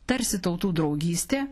tarsi tautų draugystė